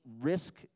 risk